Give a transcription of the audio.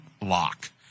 Lock